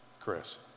Chris